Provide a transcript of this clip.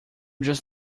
just